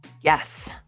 Yes